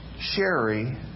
Sherry